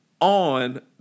on